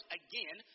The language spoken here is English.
again